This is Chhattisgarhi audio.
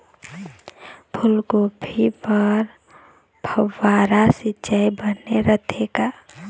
फूलगोभी बर फव्वारा सिचाई बने रथे का?